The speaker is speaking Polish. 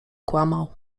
kłamał